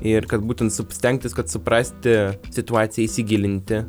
ir kad būtent su stengtis kad suprasti situaciją įsigilinti